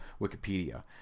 Wikipedia